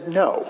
no